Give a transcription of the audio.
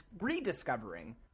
rediscovering